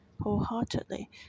wholeheartedly